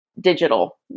digital